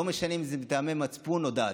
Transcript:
לא משנה אם זה מטעמי מצפון או דת.